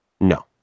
no